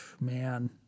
Man